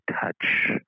touch